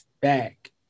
back